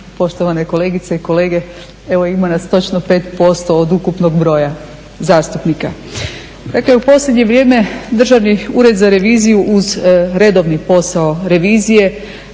poštovane kolegice i kolege evo ima nas točno 5% od ukupnog broj zastupnika. Dakle, u posljednje vrijeme Državni ured za reviziju uz redovni posao revizije,